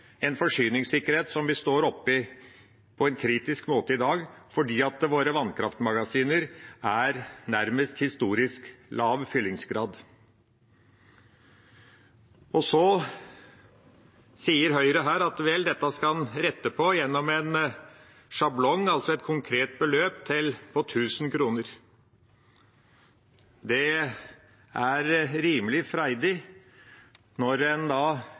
en forsyningssikkerhet vi står oppe i på en kritisk måte i dag fordi vannkraftmagasinene våre har nærmest historisk lav fyllingsgrad. Og så sier Høyre her at dette skal en rette på gjennom en sjablong, altså et konkret beløp på 1 000 kr. Det er rimelig freidig, når en